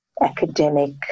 Academic